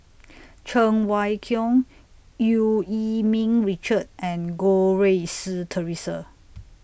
Cheng Wai Keung EU Yee Ming Richard and Goh Rui Si Theresa